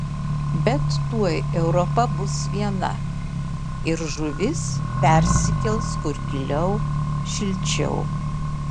bet tuoj europa bus viena ir žuvis persikels kur giliau šilčiau